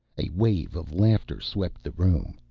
a wave of laughter swept the room.